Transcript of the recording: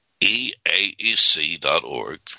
eaec.org